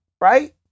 Right